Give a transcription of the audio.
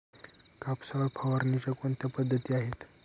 कापसावर फवारणीच्या कोणत्या पद्धती आहेत?